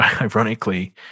ironically